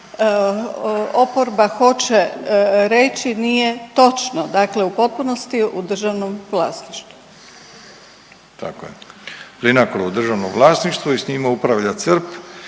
oporba hoće reći nije točno, dakle u potpunosti je u državnom vlasništvu. **Milatić, Ivo** Tako je, Plinacro je u državnom vlasništvo i s njime upravlja CERP